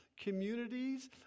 communities